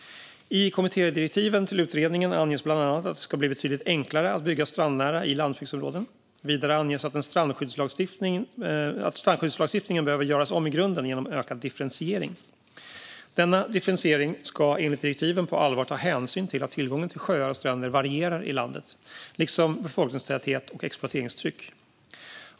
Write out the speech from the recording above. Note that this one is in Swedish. I kommittédirektiven till utredningen anges bland annat att det ska bli betydligt enklare att bygga strandnära i landsbygdsområden. Vidare anges att strandskyddslagstiftningen behöver göras om i grunden genom en ökad differentiering. Denna differentiering ska enligt direktiven på allvar ta hänsyn till att tillgång till sjöar och stränder varierar i landet, liksom befolkningstäthet och exploateringstryck.